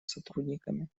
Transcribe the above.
сотрудниками